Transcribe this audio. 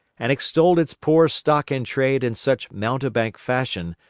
and extolled its poor stock-in-trade in such mountebank fashion,